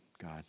God